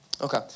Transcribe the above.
Okay